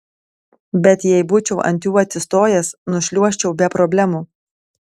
bet jei būčiau ant jų atsistojęs nušliuožčiau be problemų